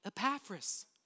Epaphras